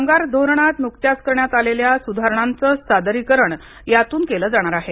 कामगार धोरणात नुकत्याच करण्यात आलेल्या सुधारणांचं सादरीकरण यातून केलं जाणार आहे